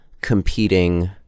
competing